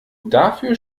dafür